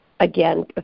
Again